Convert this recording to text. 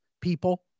People